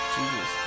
Jesus